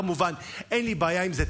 כמובן אין לי בעיה עם זה,